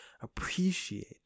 Appreciate